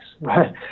right